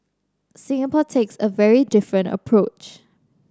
Singapore takes a very different approach